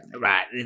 Right